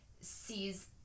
sees